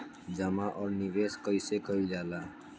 जमा और निवेश कइसे कइल जाला?